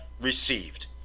received